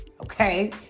okay